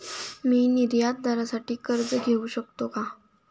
मी निर्यातदारासाठी कर्ज घेऊ शकतो का?